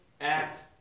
act